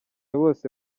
bose